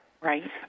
Right